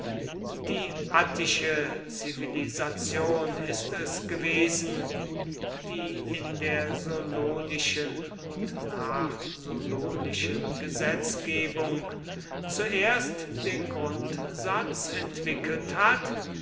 die attische zivilisation ist es gewesen die in der solonischen und nachsolonischen gesetzgebung zuerst den grundsatz entwickelt hat